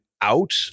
out